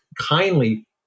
kindly